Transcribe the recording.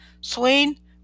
Swain